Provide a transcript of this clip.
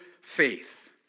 faith